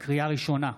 לקריאה ראשונה,